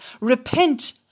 repent